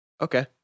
Okay